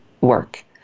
work